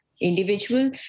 individual